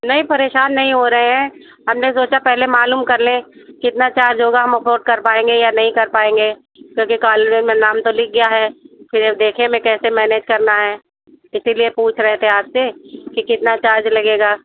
नहीं परेशान नहीं हो रहे हैं हमने सोचा पहले मालूम कर लें कितना चार्ज होगा हम अफ़ोर्ड कर पाएँगे या नहीं कर पाएँगे क्योंकि कॉलवे में नाम तो लिख गया है फिर अब देखें हमें कैसे मैनेज करना है इसीलिए पूछ रहे थे आपसे कि कितना चार्ज लगेगा